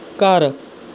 ਘਰ